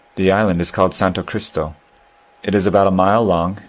the island is called santo crista it is about a mile long,